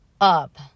up